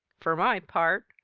for my part,